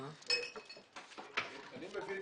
אני מבין